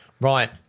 Right